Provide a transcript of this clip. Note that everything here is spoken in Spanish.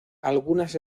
algunas